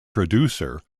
producer